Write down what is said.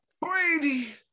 Brady